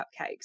cupcakes